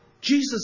Jesus